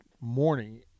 morning